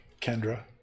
Kendra